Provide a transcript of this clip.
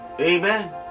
Amen